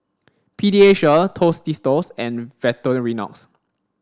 Pediasure Tostitos and Victorinox